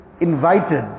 invited